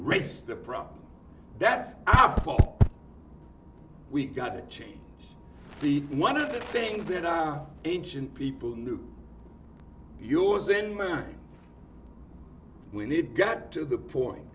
erase the problem that's our we gotta change the one of the things that i ancient people knew yours and mine when it got to the point